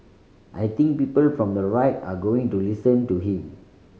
I think people from the right are going to listen to him